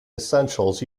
essentials